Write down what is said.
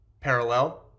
parallel